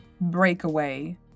Breakaway